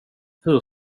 hur